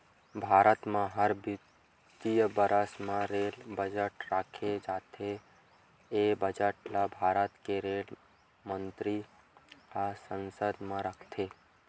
भारत म हर बित्तीय बरस म रेल बजट राखे जाथे ए बजट ल भारत के रेल मंतरी ह संसद म रखथे